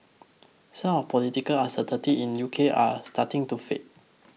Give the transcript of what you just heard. some of the political uncertainty in the UK are starting to fade